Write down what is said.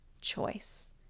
choice